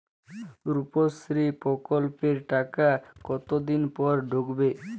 রুপশ্রী প্রকল্পের টাকা কতদিন পর ঢুকবে?